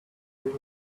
give